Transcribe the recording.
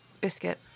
Biscuit